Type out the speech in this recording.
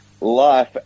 life